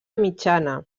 mitjana